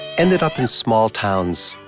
ended up in small towns,